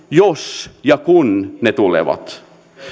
jos ja kun ne tulevat